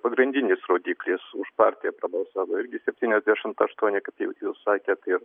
pagrindinis rodiklis už partiją prabalsavo irgi septyniasdešimt aštuoni kaip jau sakėt ir